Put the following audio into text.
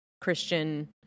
Christian